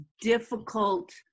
difficult